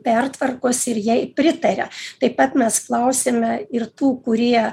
pertvarkos ir jai pritaria taip pat mes klausėme ir tų kurie